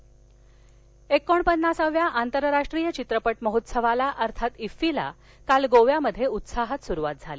फ्फी एकोणपन्नासाव्या आंतरराष्ट्रीय चित्रपट महोत्सवाला अर्थात शिफिला काल गोव्यामध्ये उत्साहात सुरुवात झाली